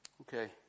Okay